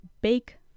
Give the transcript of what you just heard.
bake